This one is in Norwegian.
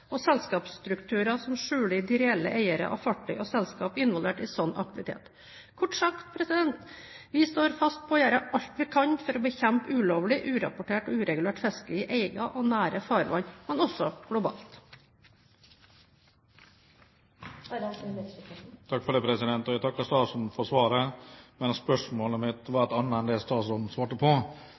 og selskapsstrukturer som skjuler de reelle eiere av fartøy og selskap involvert i sånn aktivitet. Kort sagt: Vi står fast på å gjøre alt vi kan for å bekjempe ulovlig, urapportert og uregulert fiske i egne og nære farvann, men også globalt. Jeg takker statsråden for svaret, men spørsmålet mitt var et annet enn det statsråden svarte på.